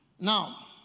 Now